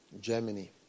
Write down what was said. Germany